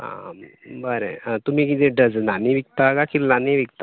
आं बरें आं तुमी कितें डजनांनी विकतात काय किल्लांनी विकता